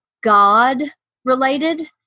God-related